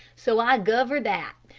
so i guv her that.